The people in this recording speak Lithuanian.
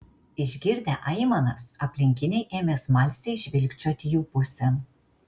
išgirdę aimanas aplinkiniai ėmė smalsiai žvilgčioti jų pusėn